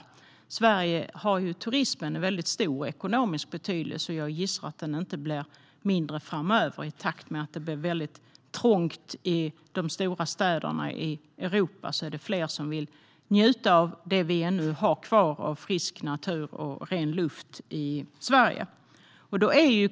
I Sverige har turismen en stor ekonomisk betydelse, och jag gissar att den inte blir mindre framöver i takt med att det blir trångt i de stora städerna i Europa. Då är det fler som vill njuta av det som ännu finns kvar av frisk natur och ren luft i Sverige.